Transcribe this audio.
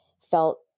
felt